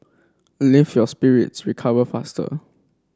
lift your spirits recover faster